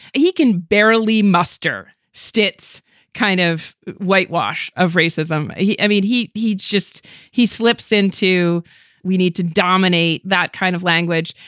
he can barely muster stitz kind of whitewash of racism. i mean, he he's just he slips in to we need to dominate that kind of language.